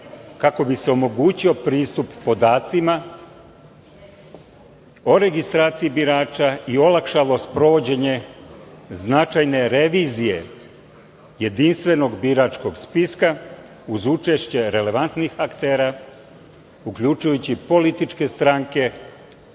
kako bi se omogućio pristup podacima o registraciji birača i olakšalo sprovođenje značajne revizije Jedinstvenog biračkog spiska uz učešće relevantnih aktera uključujući političke stranke,